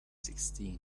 sixteen